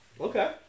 Okay